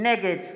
נגד